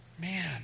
Man